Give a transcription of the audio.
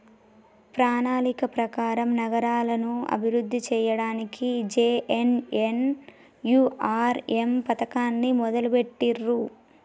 ప్రణాళిక ప్రకారం నగరాలను అభివృద్ధి సేయ్యడానికి జే.ఎన్.ఎన్.యు.ఆర్.ఎమ్ పథకాన్ని మొదలుబెట్టిర్రు